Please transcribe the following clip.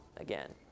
Again